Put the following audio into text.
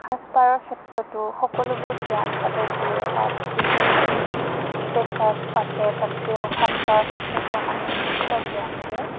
সাজপাৰৰ ক্ষেত্ৰতো সকলোবোৰ জ্ঞান তাতে দিয়ে তাত যিখিনি মানে ফ্ৰেচাৰ্ছ পাতে তাতেও সাজপাৰৰ ক্ষেত্ৰতো আমাক যথেষ্ট জ্ঞান দিয়ে